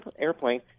airplane